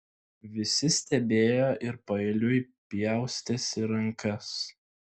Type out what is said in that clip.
visi stebėjo ir paeiliui pjaustėsi rankas